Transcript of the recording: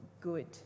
good